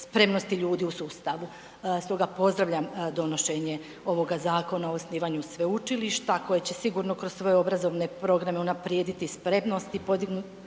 spremnosti ljudi u sustavu. Stoga pozdravljam donošenje ovoga Zakona o osnivanju sveučilišta koje će sigurno kroz svoje obrazovne programe unaprijediti spremnost i podignuti